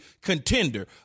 contender